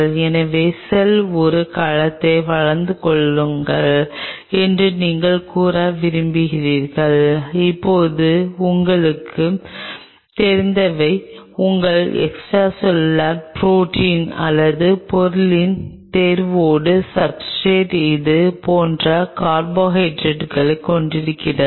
எனவே செல் 1 கலத்தை வளர்த்துக் கொள்ளுங்கள் என்று நீங்கள் கூற விரும்பினீர்கள் அப்போது உங்களுக்குத் தெரிந்தவை உங்கள் எக்ஸ்ட்ரா செல்லுலார் ப்ரோடீன் அல்லது பொருளின் தேர்வோடு சப்ஸ்ர்டேட் இது போன்ற கார்போஹைட்ரேட்டுகளைக் கொண்டிருக்கிறதா